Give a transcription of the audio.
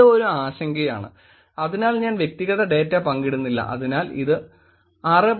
ഇത് ഒരു ആശങ്കയാണ് അതിനാൽ ഞാൻ വ്യക്തിഗത ഡാറ്റ പങ്കിടുന്നില്ല അതിനാൽ അത് 6